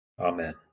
Amen